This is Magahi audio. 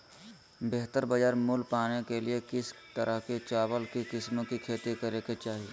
बेहतर बाजार मूल्य पाने के लिए किस तरह की चावल की किस्मों की खेती करे के चाहि?